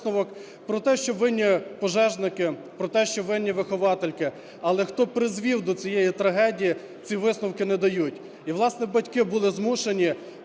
про те, що винні пожежники, про те, що винні виховательки. Але хто призвів до цієї трагедії, ці висновки не дають. І власне, батьки були змушені